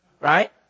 Right